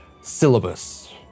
syllabus